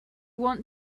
want